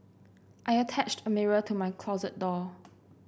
I attached a mirror to my closet door